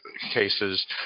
cases